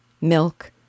milk